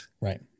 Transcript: right